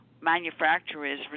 manufacturers